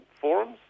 forums